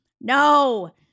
No